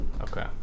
okay